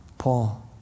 Paul